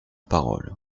parole